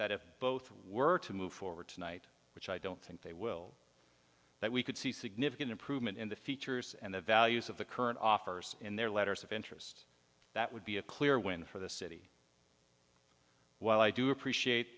if both were to move forward tonight which i don't think they will that we could see significant improvement in the features and the values of the current offers in their letters of interest that would be a clear win for the city while i do appreciate